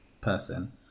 person